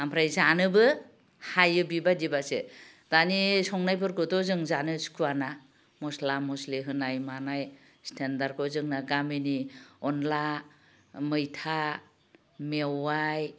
आमफ्राय जानोबो हायो बेबायदिब्लासो दानि संनायफोरखौथ' जों जानो सुखुवाना मस्ला मस्लि होनाय मानाय स्टेन्डार्डखौ जोंना गामिनि अनद्ला मैथा मेवाइ